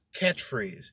catchphrase